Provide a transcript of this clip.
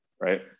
right